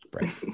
Right